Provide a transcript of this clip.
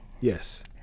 yes